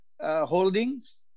Holdings